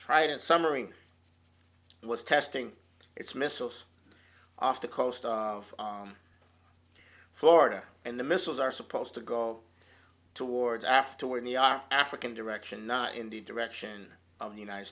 trident submarine was testing its missiles off the coast of florida and the missiles are supposed to go towards afterward african direction not in the direction of the united